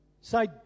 Say